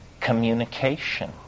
communication